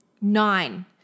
Nine